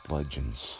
Legends